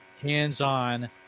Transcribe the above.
hands-on